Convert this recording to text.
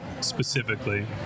specifically